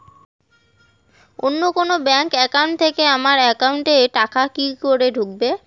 অন্য কোনো bank account থেকে আমার একাউন্ট এ টাকা কি করে ঢুকবে?